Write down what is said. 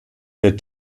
der